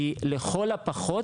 כי לכל הפחות